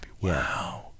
Wow